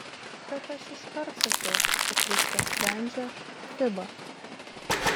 bet aš iškart sakiau kad viską sprendžia fiba